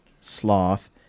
Sloth